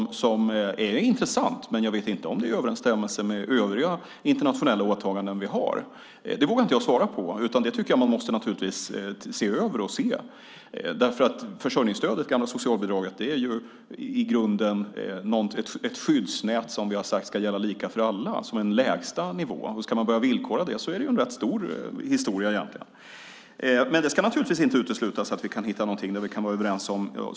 Det är intressant, men jag vet inte om det är i överensstämmelse med övriga internationella åtaganden vi har. Det vågar jag inte svara på, utan den frågan måste man naturligtvis se över. Försörjningsstödet, det gamla socialbidraget, är i grunden ett skyddsnät som vi sagt ska gälla lika för alla som en lägsta nivå. Om man ska börja villkora det är det egentligen en rätt stor sak. Men det ska naturligtvis inte uteslutas att vi kan hitta någonting där vi kan vara överens.